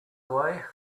away